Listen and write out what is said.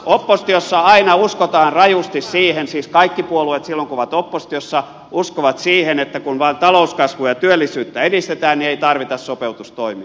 oppositiossa aina uskotaan rajusti siihen siis kaikki puolueet silloin kun ovat oppositiossa uskovat siihen että kun vain talouskasvua ja työllisyyttä edistetään niin ei tarvita sopeutustoimia